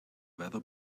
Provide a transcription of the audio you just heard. weather